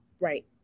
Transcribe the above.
Right